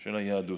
של היהדות.